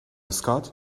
scott